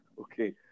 Okay